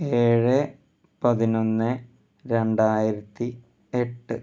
ഏഴ് പതിനൊന്ന് രണ്ടായിരത്തി എട്ട്